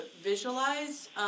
visualize